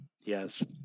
Yes